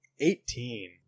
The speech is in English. Eighteen